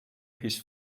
his